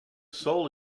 sole